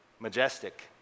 Majestic